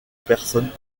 personnes